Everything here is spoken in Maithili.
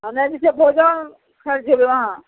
हमे जे छै भोजन खाए ले जएबै वहाँ